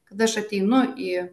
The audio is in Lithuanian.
kada aš ateinu į